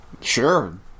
Sure